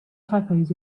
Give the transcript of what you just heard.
typos